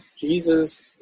Jesus